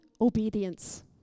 obedience